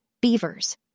beavers